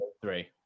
three